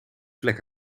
vlek